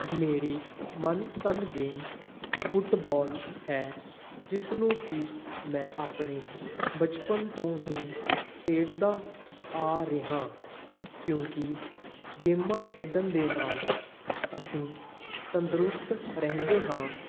ਮੇਰੀ ਮਨਪਸੰਦ game football ਹੈ ਜਿਸ ਨੂੰ ਕਿ ਮੈਂ ਆਪਣੇ ਬਚਪਨ ਤੋਂ ਹੀ ਖੇਡਦਾ ਆ ਰਿਹਾਂ ਕਿਉਂਕਿ ਗੇਮਾਂ ਖੇਡਣ ਦੇ ਨਾਲ ਅਸੀਂ ਤੰਦਰੁਸਤ ਰਹਿੰਦੇ ਹਾਂ